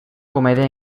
comèdia